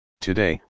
Today